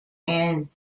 and